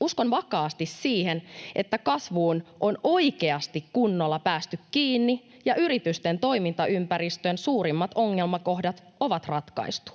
uskon vakaasti siihen, että kasvuun on oikeasti kunnolla päästy kiinni ja yritysten toimintaympäristöjen suurimmat ongelmakohdat on ratkaistu.